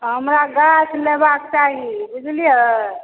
हमरा गाछ लेबाक चाही बुझलियै